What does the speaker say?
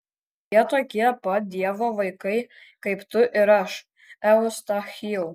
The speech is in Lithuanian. jie tokie pat dievo vaikai kaip tu ir aš eustachijau